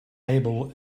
able